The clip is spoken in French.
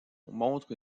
montrent